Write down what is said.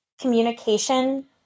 communication